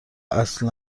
اصل